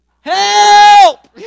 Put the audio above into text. Help